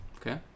Okay